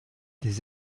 des